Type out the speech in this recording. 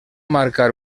marcar